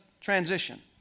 transition